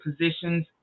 positions